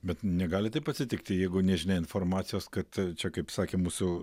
bet negali taip atsitikti jeigu nežinai informacijos kad čia kaip sakė mūsų